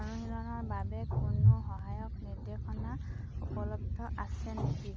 অনুশীলনৰ বাবে কোনো সহায়ক নিৰ্দেশনা উপলব্ধ আছে নেকি